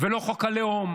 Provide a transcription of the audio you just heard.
ולא חוק הלאום,